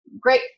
Great